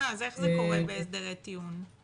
אז איך זה קורה בהסדרי טיעון?